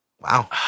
Wow